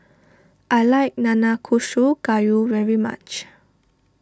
I like Nanakusa Gayu very much